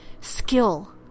skill